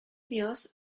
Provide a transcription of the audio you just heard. dios